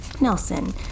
nelson